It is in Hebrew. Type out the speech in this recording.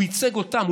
הוא ייצג אותם,